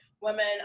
women